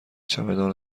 چمدان